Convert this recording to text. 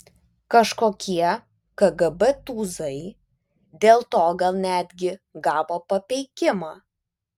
kažkokie kgb tūzai dėl to gal netgi gavo papeikimą